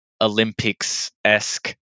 Olympics-esque